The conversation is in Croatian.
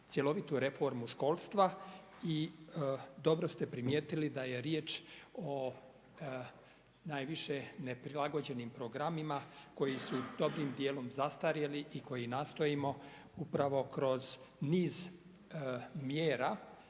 cjelovitu reformu školstva i dobro ste primijetili da je riječ o najviše neprilagođenim programima koji su dobrim djelom zastarjeli i koji nastojimo upravo kroz niz mjera